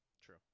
True